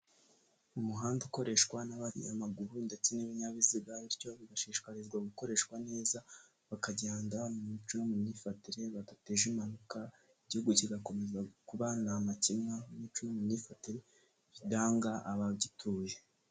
Umuhanda ukoreshwa n'abanyamaguru ndetse n'ibinyabiziga bityo bigashishikarizwa gukoreshwa neza, bakagenda mu muco no mu myifatire badateje impanuka, Igihugu kigakomeza kuba ntamakemwa mu mico no mu myifatire iranga abagituye.